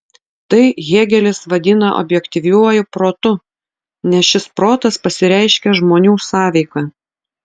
tai hėgelis vadina objektyviuoju protu nes šis protas pasireiškia žmonių sąveika